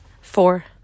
Four